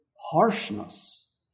harshness